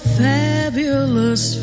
fabulous